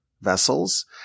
vessels